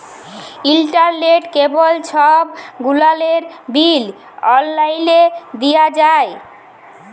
ইলটারলেট, কেবল ছব গুলালের বিল অললাইলে দিঁয়া যায়